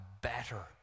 better